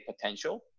potential